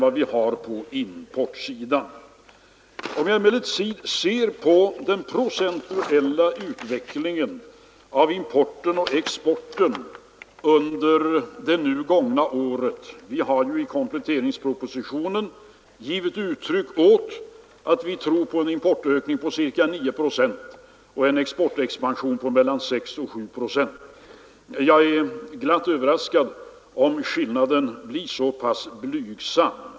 Vad beträffar den procentuella utvecklingen av importen och exporten under det nu gångna året har vi i kompletteringspropositionen givit uttryck åt vår tro på en importökning på ca 9 procent och en exportexpansion på mellan 6 och 7 procent. Jag är glad om skillnaden blir så pass blygsam.